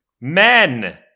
Men